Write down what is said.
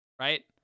Right